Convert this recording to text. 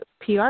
PR